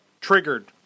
triggered